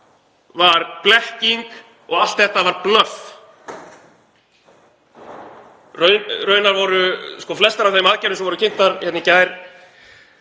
var blekking og allt þetta var blöff. Raunar voru flestar af þeim aðgerðum sem voru kynntar í gær